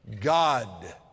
God